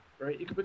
right